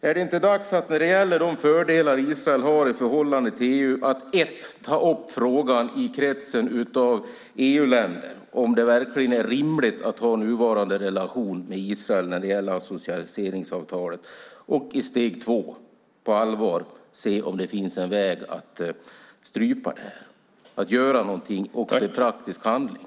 Är det inte dags, när det gäller de fördelar som Israel har i förhållande till EU, att i kretsen av EU-länder ta upp frågan om det verkligen är rimligt att ha nuvarande relation med Israel när det gäller associeringsavtalet och på allvar se om det finns en väg att strypa detta och göra något också i praktisk handling?